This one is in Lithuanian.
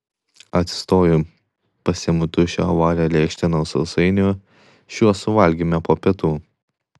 atsistoju pasiimu tuščią ovalią lėkštę nuo sausainių šiuos suvalgėme po pietų